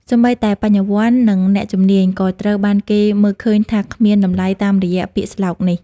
សូម្បីតែបញ្ញវន្ត និងអ្នកជំនាញ ក៏ត្រូវបានគេមើលឃើញថាគ្មានតម្លៃតាមរយៈពាក្យស្លោកនេះ។